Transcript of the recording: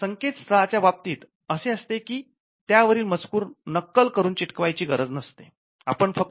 संकेत स्थळाच्या बाबतीत असे असते कि त्या वरील मजकूर नक्कल करून चिटकावयाची गरज नसते